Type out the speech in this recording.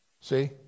See